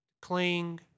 cling